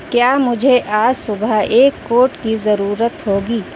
کیا مجھے آج صبح ایک کوٹ کی ضرورت ہوگی